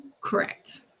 Correct